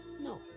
No